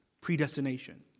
predestination